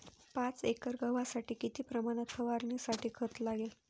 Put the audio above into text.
पाच एकर गव्हासाठी किती प्रमाणात फवारणीसाठी खत लागेल?